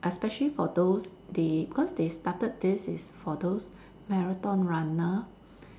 especially for those they because they started this is for those marathon runner